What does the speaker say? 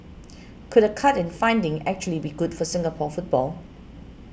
could a cut in funding actually be good for Singapore football